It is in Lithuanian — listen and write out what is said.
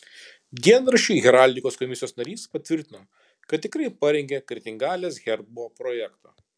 dienraščiui heraldikos komisijos narys patvirtino kad tikrai parengė kretingalės herbo projektą